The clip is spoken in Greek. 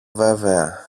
βέβαια